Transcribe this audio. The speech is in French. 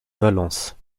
valence